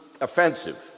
offensive